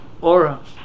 aura